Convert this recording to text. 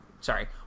Sorry